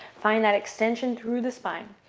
find that extension through the spine.